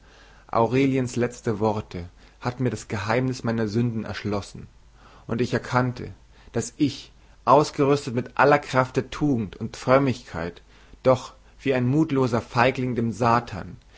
aureliens letzte worte hatten mir das geheimnis meiner sünden erschlossen und ich erkannte daß ich ausgerüstet mit aller kraft der tugend und frömmigkeit doch wie ein mutloser feigling dem satan